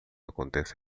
acontece